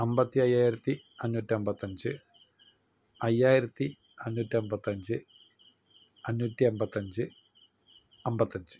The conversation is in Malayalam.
അമ്പത്തിയയ്യായിരത്തി അഞ്ഞൂറ്റമ്പത്തഞ്ച് അയ്യായിരത്തി അഞ്ഞൂറ്റമ്പത്തഞ്ച് അഞ്ഞൂറ്റമ്പത്തഞ്ച് അമ്പത്തഞ്ച്